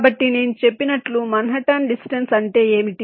కాబట్టి నేను చెప్పినట్లు మాన్హాటన్ డిస్టెన్స్ అంటే ఏమిటి